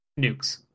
nukes